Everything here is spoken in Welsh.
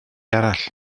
arall